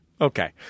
Okay